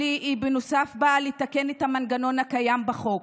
בנוסף, ההצעה שלי באה לתקן את המנגנון הקיים בחוק